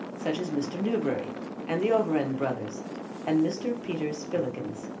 such as mr. newberry and the overend brothers and mr. peter spillikins.